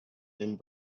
and